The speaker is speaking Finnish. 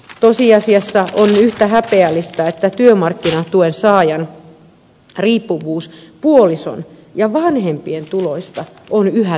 tosiasiassa on yhtä häpeällistä että työmarkkinatuen saajan riippuvuus puolison ja vanhempien tuloista on yhä tätä päivää